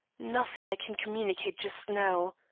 nothing i can communicate just now.